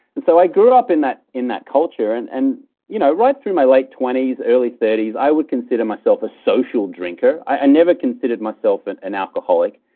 and so i grew up in that in that culture, and and you know right through my late twenty s, early thirty s, i would consider myself a social drinker. i never considered myself and an alcoholic,